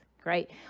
great